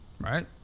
Right